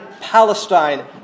Palestine